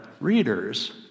readers